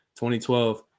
2012